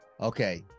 okay